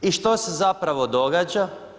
I što se zapravo događa?